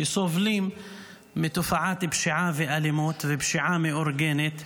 שסובלים מתופעת פשיעה ואלימות ופשיעה מאורגנת.